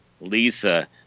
Lisa